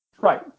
right